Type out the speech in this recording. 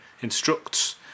instructs